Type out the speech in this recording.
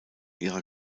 ihrer